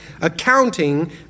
accounting